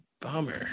bummer